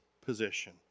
position